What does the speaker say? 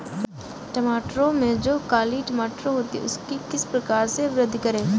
मटरों में जो काली मटर होती है उसकी किस प्रकार से वृद्धि करें?